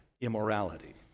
immorality